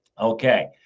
Okay